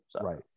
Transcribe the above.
Right